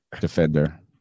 defender